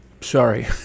sorry